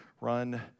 Run